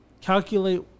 calculate